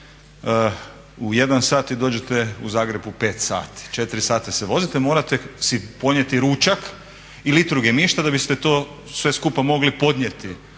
u 1 sat i dođete u Zagreb u 5 sati, 4 sata se vozite. Morate si ponijeti ručak i litru gemišta da biste to sve skupa mogli podnijeti